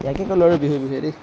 ইয়াকে ক'লো আৰু বিহুৰ বিষয়ে দেই